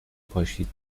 پاشید